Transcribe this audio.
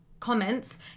comments